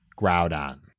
groudon